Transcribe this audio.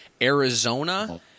Arizona